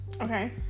Okay